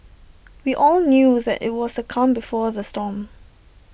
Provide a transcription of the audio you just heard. we all knew that IT was the calm before the storm